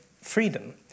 freedom